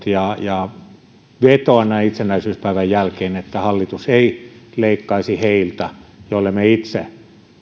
ja ja perunut vetoan näin itsenäisyyspäivän jälkeen että hallitus ei leikkaisi heiltä joille me itse